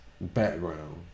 background